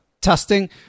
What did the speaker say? testing